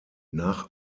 nach